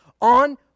on